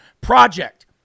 project